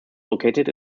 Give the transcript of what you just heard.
located